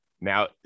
Now